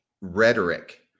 rhetoric